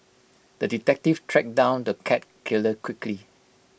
the detective tracked down the cat killer quickly